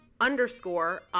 underscore